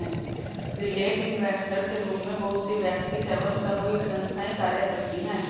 retail investor के रूप में बहुत सी वैयक्तिक एवं सामूहिक संस्थाएं कार्य करती हैं